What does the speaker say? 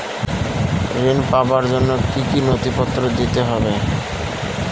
ঋণ পাবার জন্য কি কী নথিপত্র দিতে হবে?